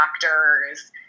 doctors